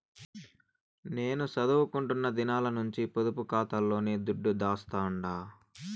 నేను సదువుకుంటున్న దినాల నుంచి పొదుపు కాతాలోనే దుడ్డు దాస్తండా